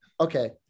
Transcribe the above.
Okay